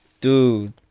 Dude